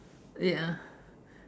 ya